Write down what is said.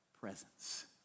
presence